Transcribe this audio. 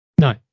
No